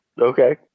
Okay